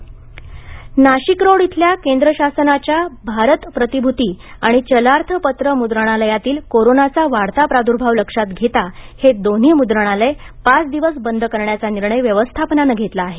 नाशिक मुद्रणालय नाशिकरोड येथील केंद्र शासनाचे भारत प्रतिभूती आणि चलार्थ पत्र मुद्रणालयातील कोरोनाचा वाढता प्रादूर्भाव लक्षात घेता हे दोन्ही मुद्रणालय पाच दिवस बंद करण्याचा निर्णय व्यवस्थापनाने घेतला आहे